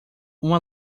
uma